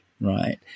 right